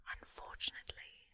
Unfortunately